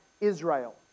Israel